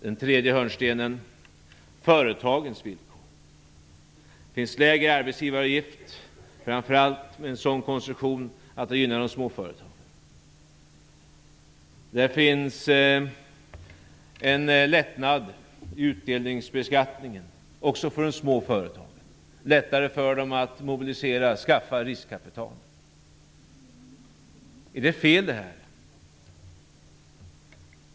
Den tredje hörnstenen gäller företagens villkor. Där ingår lägre arbetsgivaravgifter, framför allt med en sådan konstruktion att det gynnar de små företagen. Där ingår en lättnad när det gäller utdelningsbeskattningen också för de små företagen. Det blir lättare för dem att mobilisera och att skaffa riskkapital. Är detta fel?